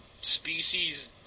species